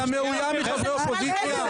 אתה מאוים מחברי האופוזיציה?